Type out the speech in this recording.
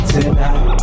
Tonight